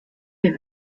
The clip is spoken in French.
des